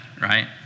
right